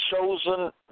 chosen